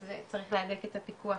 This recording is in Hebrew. אז צריך להדק את הפיקוח